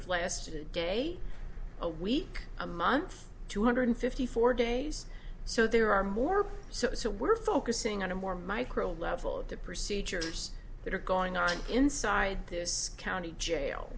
have lasted a day a week a month two hundred fifty four days so there are more so so we're focusing on a more micro level of the procedures that are going on inside this county jail